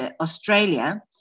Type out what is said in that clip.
Australia